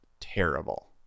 terrible